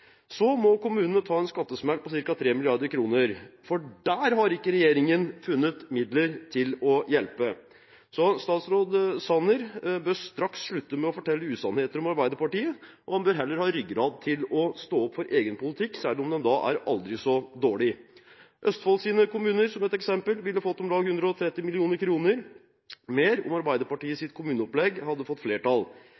Så må kommunene ta en skattesmell på ca. 3 mrd. kr, for der har ikke regjeringen funnet midler til å hjelpe. Så statsråd Sanner bør straks slutte med å fortelle usannheter om Arbeiderpartiet. Han bør heller ha ryggrad til å stå opp for egen politikk, selv om den er aldri så dårlig. Kommunene i Østfold ville f.eks. fått om lag 130 mill. kr mer om